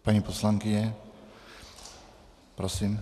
Paní poslankyně, prosím.